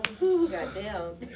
goddamn